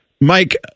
Mike